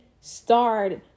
start